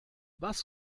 was